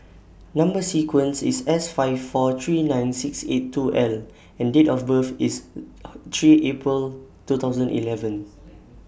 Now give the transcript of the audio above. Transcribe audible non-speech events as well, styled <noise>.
Number sequence IS S five four three nine six eight two L and Date of birth IS <noise> three April two thousand eleven